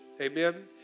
Amen